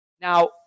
Now